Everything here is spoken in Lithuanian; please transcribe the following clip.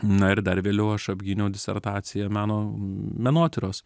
na ir dar vėliau aš apgyniau disertaciją meno menotyros